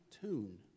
tune